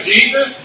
Jesus